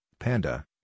Panda